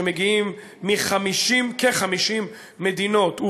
שמגיעים מכ-50 מדינות,